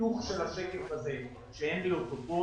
חיתוך של השקף הזה שאין לי אותו כאן.